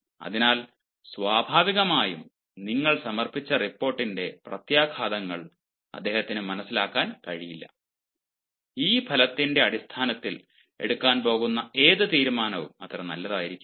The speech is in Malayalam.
അതിനാൽ സ്വാഭാവികമായും നിങ്ങൾ സമർപ്പിച്ച റിപ്പോർട്ടിന്റെ പ്രത്യാഘാതങ്ങൾ അദ്ദേഹത്തിന് മനസിലാക്കാൻ കഴിയില്ല ഈ ഫലത്തിന്റെ അടിസ്ഥാനത്തിൽ എടുക്കാൻ പോകുന്ന ഏത് തീരുമാനവും അത്ര നല്ലതായിരിക്കില്ല